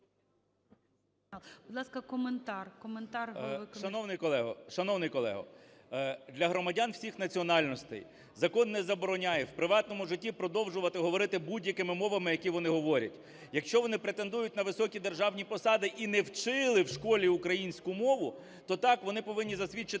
КНЯЖИЦЬКИЙ М.Л. Шановний колего, для громадян всіх національностей закон не забороняє в приватному житті продовжувати говорити будь-якими мовними, які вони говорять. Якщо вони претендують на високі державні посади і не вчили в школі українську мову, то, так, вони повинні засвідчити